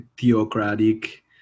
theocratic